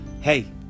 hey